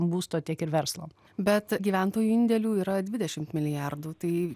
būsto tiek ir verslo bet gyventojų indėlių yra dvidešimt milijardų tai